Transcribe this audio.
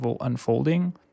unfolding